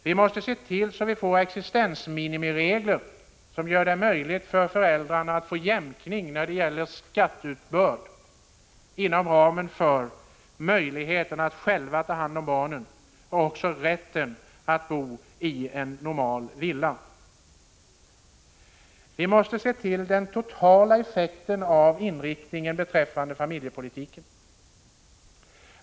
Vi måste införa existensminimiregler som gör det möjligt för föräldrarna att få jämkning när det gäller skatteuppbörd inom ramen för deras möjlighet att själva ta hand om barnen och även rätten att boi en normal villa. Vi måste se till den totala effekten av inriktningen beträffande familjepolitiken.